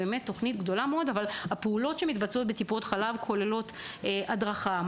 הפעולות בטיפת חלב כוללות הדרכה,